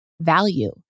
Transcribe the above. value